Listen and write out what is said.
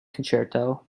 concerto